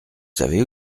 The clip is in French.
savez